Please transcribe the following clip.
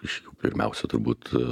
iš jų pirmiausia turbūt